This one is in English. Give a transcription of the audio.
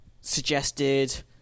suggested